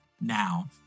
now